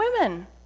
women